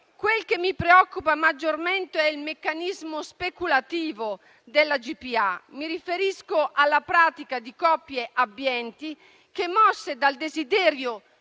Quel che mi preoccupa maggiormente è il meccanismo speculativo della GPA. Mi riferisco alla pratica di coppie abbienti che, mosse dal desiderio